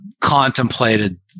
contemplated